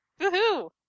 Woohoo